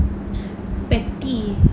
petty